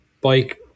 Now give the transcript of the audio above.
bike